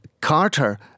Carter